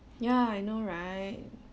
ya I know right